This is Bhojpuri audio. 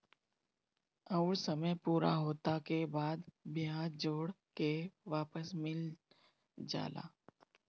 अउर समय पूरा होला के बाद बियाज जोड़ के वापस मिल जाला